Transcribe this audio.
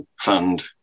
Fund